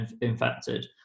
infected